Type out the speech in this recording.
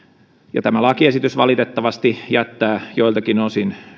ja tämä lakiesitys valitettavasti jättää joiltakin osin